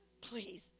Please